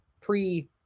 pre